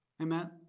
Amen